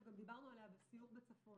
שגם דיברנו עליה בסיור בצפון.